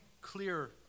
clear